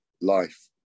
life